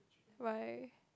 why